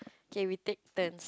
okay we take turn